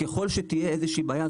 ככל שתהיה איזו שהיא בעיה,